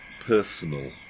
personal